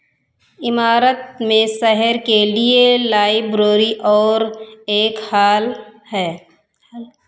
इमारत में शहर के लिए लाइब्रोरी और एक हाल है